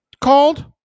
called